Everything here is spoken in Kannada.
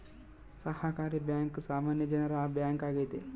ಸಹಕಾರಿ ಬ್ಯಾಂಕ್ ಸಾಮಾನ್ಯ ಜನರ ಬ್ಯಾಂಕ್ ಆಗೈತೆ